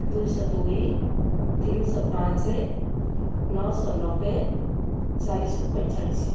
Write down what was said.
ଦୁଇଶହ ଦୁଇ ତିନିଶହ ପାଞ୍ଚ ନଅଶହ ନବେ ଚାରିଶହ ପଈଁଚାଳିଶ